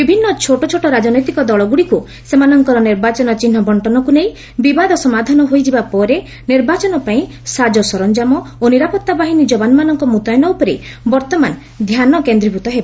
ବିଭିନ୍ନ ଛୋଟ ଛୋଟ ରାଜନୈତିକ ଦଳଗୁଡ଼ିକୁ ସେମାନଙ୍କର ନିର୍ବାଚନ ଚିହ୍ନ ବଣ୍ଟନକୁ ନେଇ ବିବାଦ ସମାଧାନ ହୋଇଯିବା ପରେ ନିର୍ବାଚନ ପାଇଁ ସାଜ ସରଞ୍ଜାମ ଓ ନିରାପଭା ବାହିନୀ ଯବାନମାନଙ୍କ ମୁତୟନ ଉପରେ ବର୍ତ୍ତମାନ ଧ୍ୟାନ କେନ୍ଦ୍ରୀଭୂତ ହେବ